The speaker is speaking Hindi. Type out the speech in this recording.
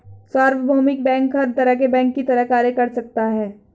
सार्वभौमिक बैंक हर तरह के बैंक की तरह कार्य कर सकता है